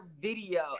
video